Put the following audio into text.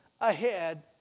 ahead